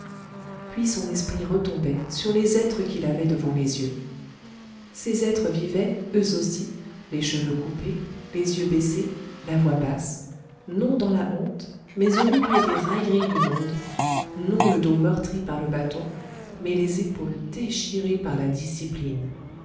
puis son esprit retombait sur les êtres qu'il avait devant les yeux ces êtres vivaient eux aussi les cheveux coupés les yeux baissés la voix basse non dans la honte mais au milieu des railleries du monde non le dos meurtri par le bâton mais les épaules déchirées par la discipline